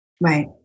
Right